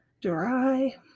dry